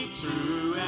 true